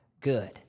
good